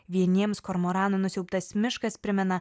vieniems kormoranų nusiaubtas miškas primena